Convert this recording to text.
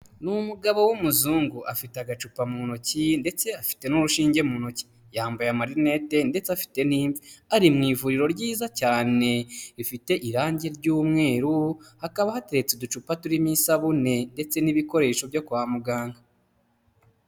Ni umugabo w'umuzungu afite agacupa mu ntoki ndetse afite n'urushinge mu ntoki, yambaye amarinete ndetse afite n'imvi, ari mu ivuriro ryiza cyane rifite irangi ry'umweru, hakaba hateretse uducupa turimo isabune ndetse n'ibikoresho byo kwa muganga.